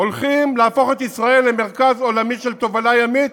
הולכים להפוך את ישראל למרכז עולמי של תובלה ימית,